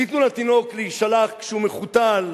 תנו לתינוק להישלח כשהוא מחותל,